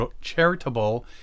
Charitable